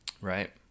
right